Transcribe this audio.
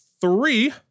three